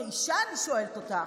כאישה אני שואלת אותך,